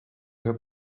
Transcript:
her